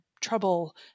trouble